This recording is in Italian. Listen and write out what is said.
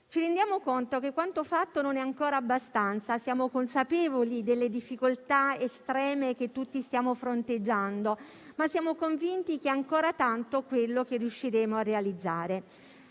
Ci rendiamo conto che quanto fatto non è ancora abbastanza e siamo consapevoli delle difficoltà estreme che tutti stiamo fronteggiando, ma siamo convinti che è ancora tanto quello che riusciremo a realizzare.